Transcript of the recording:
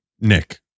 Nick